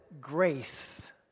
grace